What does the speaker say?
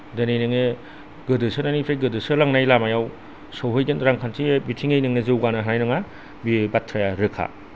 दिनै नोङो गोदोसोनायनिफ्राय गोदोसोलांनाय लामायाव सहैगोन रांखान्थि बिथिङै नोङो जौगानो हानाय नङा बे बाथ्राया रोखा